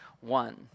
one